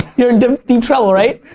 you're in deep trouble, right?